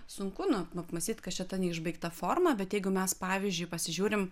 sunku nu apmąstyt kas čia ta neišbaigta forma bet jeigu mes pavyzdžiui pasižiūrim